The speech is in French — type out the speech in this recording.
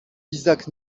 isaac